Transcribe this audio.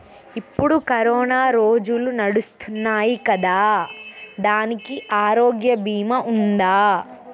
ఇప్పుడు కరోనా రోజులు నడుస్తున్నాయి కదా, దానికి ఆరోగ్య బీమా ఉందా?